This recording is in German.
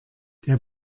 der